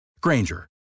Granger